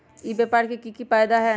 ई व्यापार के की की फायदा है?